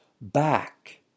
back